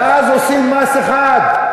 ואז עושים מס אחד.